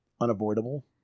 unavoidable